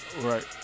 Right